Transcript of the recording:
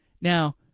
Now